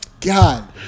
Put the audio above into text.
God